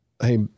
Hey